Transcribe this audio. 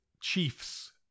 chiefs